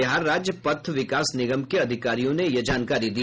बिहार राज्य पथ विकास निगम के अधिकारियों ने यह जानकारी दी